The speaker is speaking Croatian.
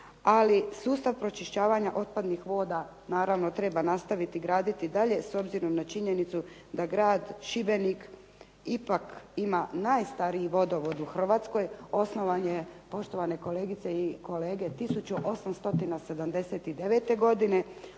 ali sustav pročišćavanja otpadnih voda, naravno treba nastaviti graditi dalje s obzirom na činjenicu da grad Šibenik ipak ima najstariji vodovod u Hrvatskoj. Osnovan je poštovane kolegice i kolege 1879. godine,